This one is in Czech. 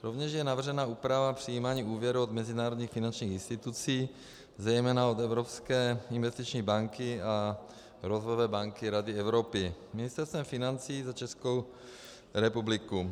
Rovněž je navržena úprava přijímání úvěrů od mezinárodních finančních institucí, zejména od Evropské investiční banky a Rozvojové banky Rady Evropy Ministerstvem financí za Českou republiku.